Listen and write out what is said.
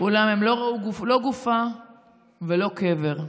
אולם הם לא ראו לא גופה ולא קבר.